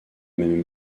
même